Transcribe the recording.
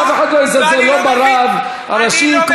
מה שייך התחקיר לזלזול ברב הראשי?